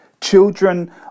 Children